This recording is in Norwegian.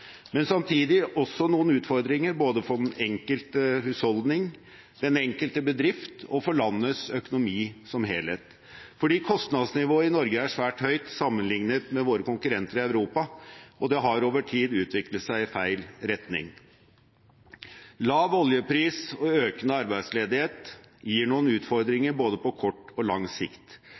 men samtidig også noen utfordringer både for den enkelte husholdning, den enkelte bedrift og for landets økonomi som helhet, fordi kostnadsnivået i Norge er svært høyt sammenlignet med våre konkurrenter i Europa, og det har over tid utviklet seg i feil retning. Lav oljepris og økende arbeidsledighet gir noen utfordringer både på kort og lang sikt